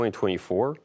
2024